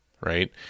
right